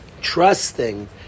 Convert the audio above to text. trusting